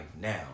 now